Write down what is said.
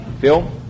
Phil